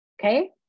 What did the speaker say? okay